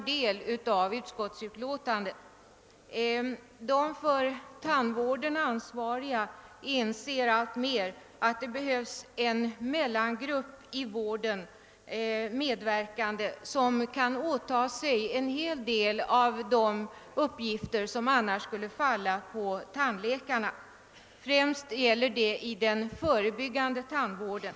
De för tandvården ansvariga inser alltmer att det i tandvården behövs en mellangrupp medverkande, som kan åta sig en del av de arbetsuppgifter som annars skulle falla på tandläkarna. Detta gäller främst den förebyggande tandvården.